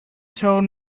told